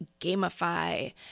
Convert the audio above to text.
gamify